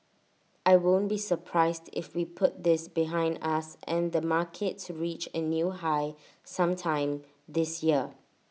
I won't be surprised if we put this behind us and the markets reach A new high sometime this year